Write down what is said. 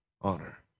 honor